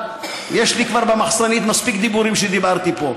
יש לי כבר במחסנית מספיק דיבורים שדיברתי פה,